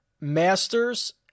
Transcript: masters